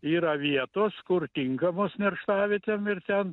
yra vietos kur tinkamos nerštavietėm ir ten